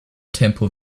tempo